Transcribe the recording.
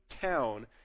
town